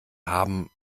haben